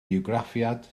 bywgraffiad